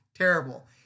terrible